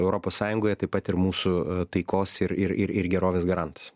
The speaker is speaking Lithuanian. europos sąjungoje taip pat ir mūsų taikos ir ir ir ir gerovės garantas